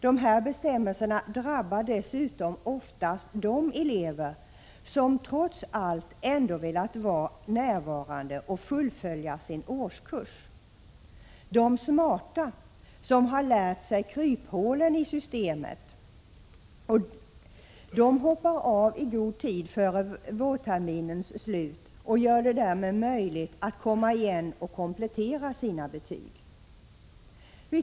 Dessa bestämmelser drabbar dessutom oftast de elever som trots allt ändå velat vara närvarande och fullfölja sin årskurs. De smarta, som har lärt sig kryphålen i systemet, hoppar av i god tid innan vårterminen är slut och gör det därmed möjligt att komma igen och komplettera sina betyg.